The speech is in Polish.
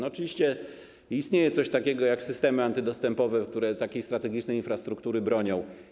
Oczywiście istnieje coś takiego jak systemy antydostępowe, które takiej strategicznej infrastruktury bronią.